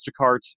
Instacart